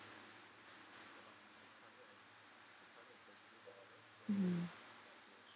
mmhmm